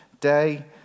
day